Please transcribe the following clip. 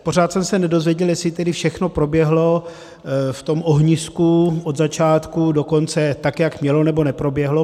Pořád jsem se nedozvěděl, jestli tedy všechno proběhlo v tom ohnisku od začátku do konce tak, jak mělo, nebo neproběhlo.